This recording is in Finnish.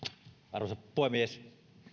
arvoisa puhemies